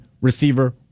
receiver